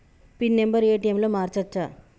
Pin number ATM లో మార్చచ్చా?